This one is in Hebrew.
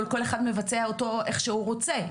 כל אחד מבצע אותו איך שהוא רוצה,